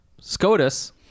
SCOTUS